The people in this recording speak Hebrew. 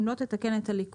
אם לא תתקן את הליקויים,